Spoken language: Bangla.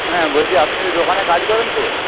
হ্যাঁ বলছি আপনি ওই দোকানে কাজ করেন তো